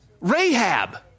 Rahab